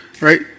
right